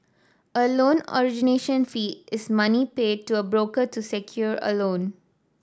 a loan origination fee is money paid to a broker to secure a loan